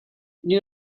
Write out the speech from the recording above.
knew